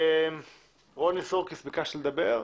רוני סורקיס, ביקשת לדבר?